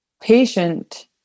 patient